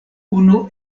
unu